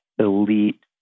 elite